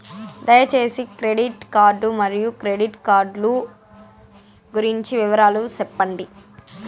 దయసేసి credit card మరియు credit card లు గురించి వివరాలు సెప్పండి?